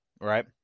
right